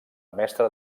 mestre